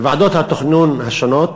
בוועדות התכנון השונות,